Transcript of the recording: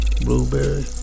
blueberry